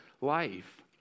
life